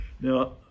Now